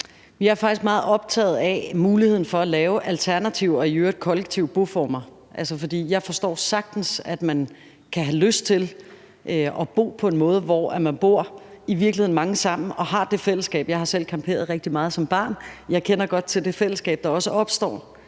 Jeg er faktisk meget optaget af muligheden for at lave alternative og i øvrigt kollektive boformer, for jeg forstår sagtens, at man kan have lyst til at bo på en måde, hvor man i virkeligheden bor mange sammen og har det fællesskab. Jeg har selv camperet rigtig meget som barn, og jeg kender godt til det fællesskab, der også opstår,